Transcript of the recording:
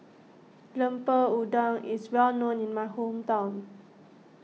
Lemper Udang is well known in my hometown